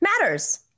matters